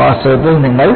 വാസ്തവത്തിൽ നിങ്ങൾ